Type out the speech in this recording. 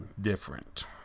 different